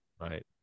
Right